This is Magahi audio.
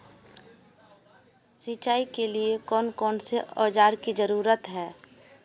सिंचाई के लिए कौन कौन से औजार की जरूरत है?